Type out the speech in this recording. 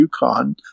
UConn